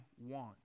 want